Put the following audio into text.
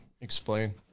explain